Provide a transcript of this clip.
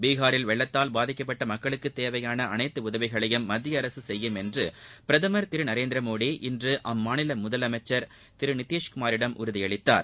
பீகாரில் வெள்ளத்தால் பாதிக்கப்பட்ட மக்களுக்கு தேவையான அனைத்து உதவிகளையும் மத்திய அரசு செய்யும் என்று பிரதம் திரு நரேந்திரமோடி இன்று அம்மாநில முதலமைச்ச் திரு நிதிஷ்குமாரிடம் உறுதியளித்தார்